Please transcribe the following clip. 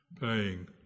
paying